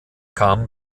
kam